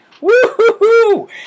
Woo-hoo-hoo